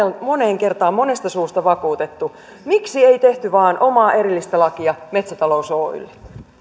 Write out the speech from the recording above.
on moneen kertaan monesta suusta vakuutettu miksi ei tehty omaa erillistä lakia metsätalous oylle